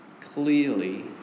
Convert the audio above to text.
clearly